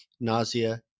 nausea